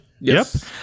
Yes